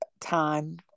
time